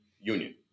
Union